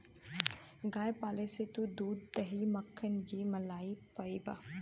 गाय पाले से तू दूध, दही, घी, मक्खन, मलाई पइबा